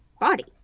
body